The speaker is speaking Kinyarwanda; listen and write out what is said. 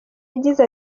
yagize